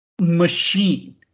machine